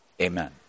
amen